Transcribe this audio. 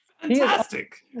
Fantastic